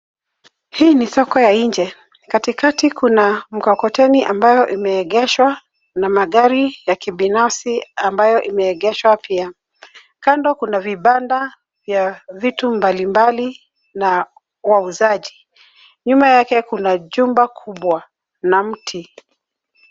Hii ni soko ya nje. Katikati kuna mkokoteni ambayo imeegeshwa na magari ya kibinafsi ambayo yameegeshwa pia. Kando kuna vibanda vya vitu mbali mbali na wauzaji. Nyuma yake kuna jumba kubwa na mti.